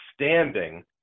standing